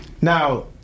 Now